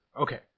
okay